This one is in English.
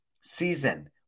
season